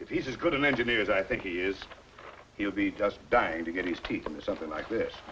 if he's as good an engineer as i think he is he'll be just dying to get these people or something like th